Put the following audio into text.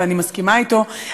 ואני מסכימה אתו,